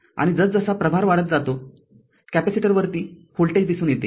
आणि जसजसा प्रभार वाढत जातोकॅपेसिटरवरती व्होल्टेज दिसून येते